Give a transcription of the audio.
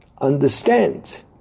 understand